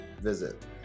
visit